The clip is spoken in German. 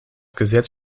gesetz